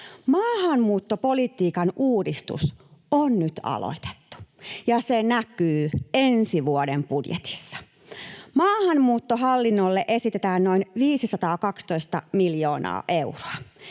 Maahanmuuttopolitiikan uudistus on nyt aloitettu, ja se näkyy ensi vuoden budjetissa. Maahanmuuttohallinnolle esitetään noin 512 miljoonaa euroa.